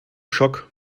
schock